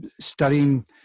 studying